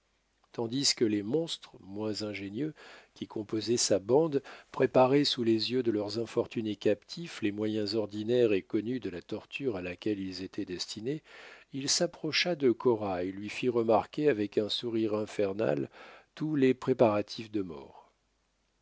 tandis que les monstres moins ingénieux qui composaient sa bande préparaient sous les yeux de leurs infortunés captifs les moyens ordinaires et connus de la torture à laquelle ils étaient destinés il s'approcha de cora et lui fit remarquer avec un sourire infernal tous les préparatifs de mort